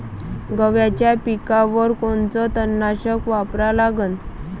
गव्हाच्या पिकावर कोनचं तननाशक वापरा लागन?